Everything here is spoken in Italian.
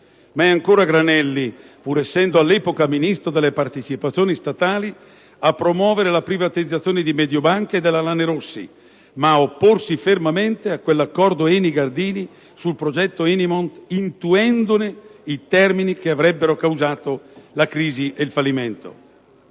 Fu sempre Granelli, pur essendo all'epoca Ministro delle partecipazioni statali, a promuovere la privatizzazione di Mediobanca e della Lanerossi, ma a opporsi fermamente all'accordo ENI-Gardini sul progetto Enimont intuendone i termini che avrebbero causato la crisi e il fallimento.